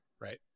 Right